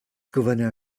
gouverneur